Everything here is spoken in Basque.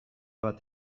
bat